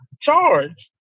charge